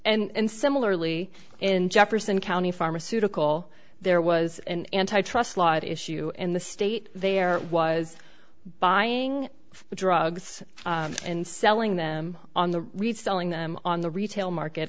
and similarly in jefferson county pharmaceutical there was an antitrust law issue and the state there was buying the drugs and selling them on the reselling them on the retail market